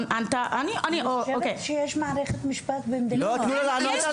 אני חושבת שיש מערכת משפט במדינת ישראל.